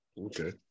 Okay